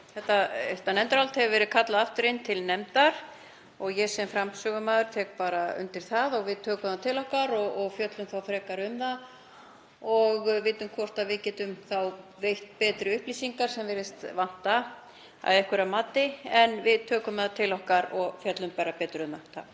Þetta mál hefur verið kallað aftur inn til nefndar. Ég sem framsögumaður tek undir það og við tökum það til okkar og fjöllum frekar um það og vitum hvort við getum veitt betri upplýsingar, sem virðist vanta að einhverra mati. Við tökum það til okkar og fjöllum betur um það.